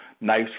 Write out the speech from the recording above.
nice